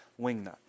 wingnut